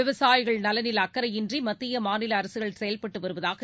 விவசாயிகள் நலனில் அக்கறையின்றி மத்திய மாநில அரசுகள் செயல்பட்டு வருவதாக